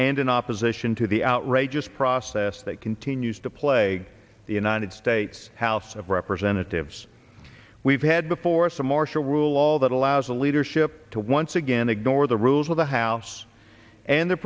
and in opposition to the outrageous process that continues to plague the united states house of representatives we've had before some martial rule law that allows the leadership to once again ignore the rules of the house and the